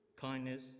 kindness